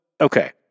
okay